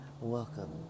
welcome